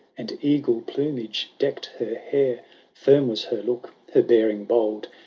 and eagle-plumage deck d her hair finn was her look, her bearing bold.